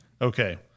Okay